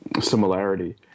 similarity